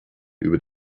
über